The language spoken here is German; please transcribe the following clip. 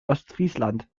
ostfriesland